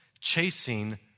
chasing